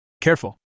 Careful